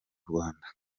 rwanda